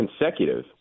consecutive